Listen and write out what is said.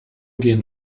gehen